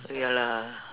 ya lah